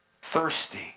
Thirsty